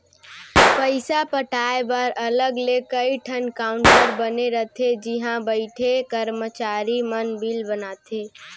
पइसा पटाए बर अलग ले कइ ठन काउंटर बने रथे जिहॉ बइठे करमचारी मन बिल बनाथे